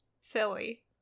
silly